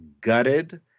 gutted